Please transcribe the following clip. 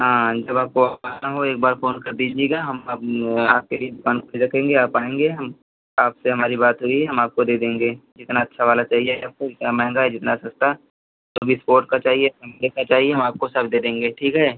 हाँ जब आपको आना हो एक बार फ़ोन कर दीजिएगा हम आपके लिए दुकान खुली रखेंगे आप आएँगे हम आपसे हमारी बात हुई है हम आपको दे देंगे जितना अच्छा वाला चाहिए आपको जितना महंगा जितना सस्ता सब इस्पोर्ट का चाहिए चमड़े का चाहिए हम आपको सब दे देंगे ठीक है